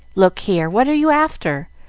look here what are you after?